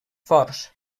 forts